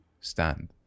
stand